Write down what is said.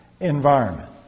environment